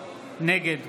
נגד